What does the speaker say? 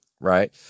right